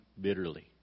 bitterly